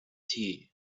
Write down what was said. tea